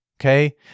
okay